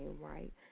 right